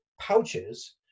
pouches